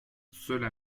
cela